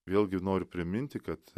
vėlgi noriu priminti kad